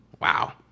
Wow